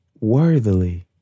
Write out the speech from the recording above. worthily